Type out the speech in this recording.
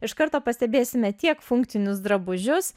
iš karto pastebėsime tiek funkcinius drabužius